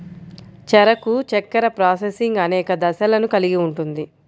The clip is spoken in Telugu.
చెరకు చక్కెర ప్రాసెసింగ్ అనేక దశలను కలిగి ఉంటుంది